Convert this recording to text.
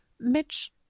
Mitch